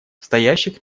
стоящих